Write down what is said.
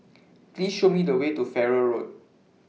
Please Show Me The Way to Farrer Road